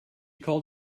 called